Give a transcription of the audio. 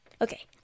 Okay